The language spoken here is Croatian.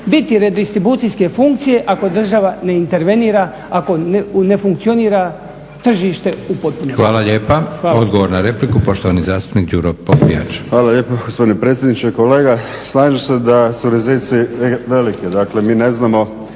biti redistribucijske funkcije ako država ne intervenira, ako ne funkcionira tržište u potpunosti. **Leko, Josip (SDP)** Hvala lijepa. Odgovor na repliku poštovani zastupnik Đuro Popijač. **Popijač, Đuro (HDZ)** Hvala lijepo gospodine predsjedniče. Kolega, slažem se da su rizici veliki, dakle mi ne znamo,